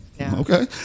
Okay